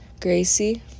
Gracie